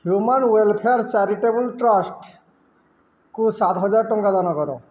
human welfare charitable ଟ୍ରଷ୍ଟକୁ ସାତହଜାର ଟଙ୍କା ଦାନ କର